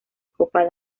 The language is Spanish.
copa